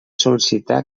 sol·licitar